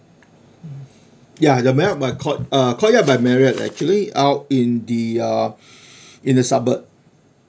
ya the marriot by court uh courtyard by marriott actually out in the uh in the suburb